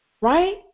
right